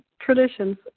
traditions